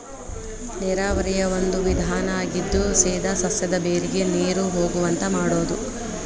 ನೇರಾವರಿಯ ಒಂದು ವಿಧಾನಾ ಆಗಿದ್ದು ಸೇದಾ ಸಸ್ಯದ ಬೇರಿಗೆ ನೇರು ಹೊಗುವಂಗ ಮಾಡುದು